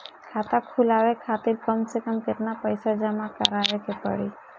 खाता खुलवाये खातिर कम से कम केतना पईसा जमा काराये के पड़ी?